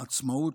העצמאות.